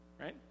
right